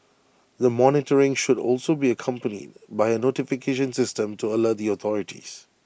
the monitoring should also be accompanied by A notification system to alert the authorities